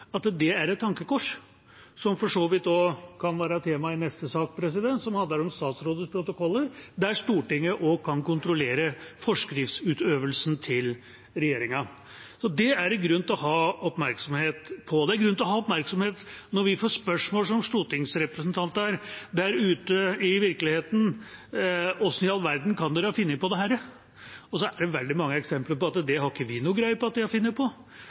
at dette er et tankekors, som for så vidt også kan være tema i neste sak, som handler om statsrådets protokoller, der Stortinget også kan kontrollere forskriftsutøvelsen til regjeringa. Det er det grunn til å ha oppmerksomhet på. Det er grunn til å ha oppmerksomhet rundt dette når vi som stortingsrepresentanter får spørsmål der ute i virkeligheten, som: Hvordan i all verden kan dere ha funnet på dette? Det er veldig mange eksempler på at det har ikke vi noe greie på at vi har funnet på,